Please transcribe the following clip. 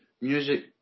music